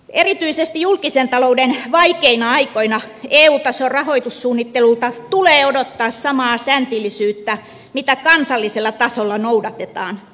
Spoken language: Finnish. erityisesti julkisen talouden vaikeina aikoina eu tason rahoitussuunnittelulta tulee odottaa samaa säntillisyyttä mitä kansallisella tasolla noudatetaan